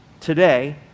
today